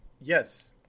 Yes